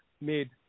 made